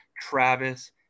Travis